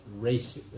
Racist